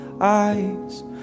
eyes